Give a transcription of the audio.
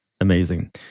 amazing